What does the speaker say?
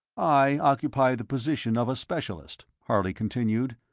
i occupy the position of a specialist, harley continued,